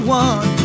one